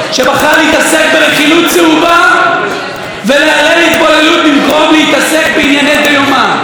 שבחרה להתעסק ברכילות צהובה ולהלל התבוללות במקום להתעסק בענייני דיומא.